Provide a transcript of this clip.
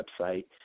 website